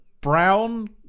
brown